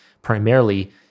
primarily